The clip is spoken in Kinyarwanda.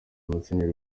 musenyeri